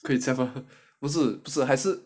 不可以这样 mah 不是不是